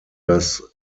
das